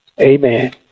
Amen